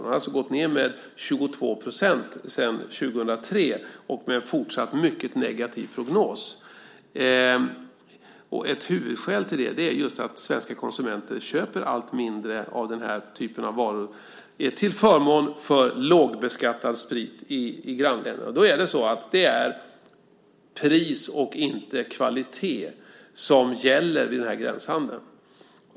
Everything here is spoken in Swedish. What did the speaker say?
De har alltså minskat med 22 % sedan 2003 och med en fortsatt mycket negativ prognos. Ett huvudskäl till det är just att svenska konsumenter köper allt mindre av denna typ av varor till förmån för lågbeskattad sprit i grannländerna. Det är pris och inte kvalitet som gäller vid denna gränshandel.